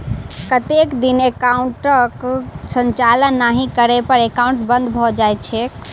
कतेक दिन एकाउंटक संचालन नहि करै पर एकाउन्ट बन्द भऽ जाइत छैक?